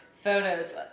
Photos